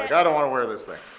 i don't want to wear this thing,